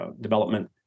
development